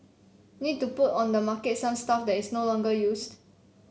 need to put on the market some stuff that is no longer used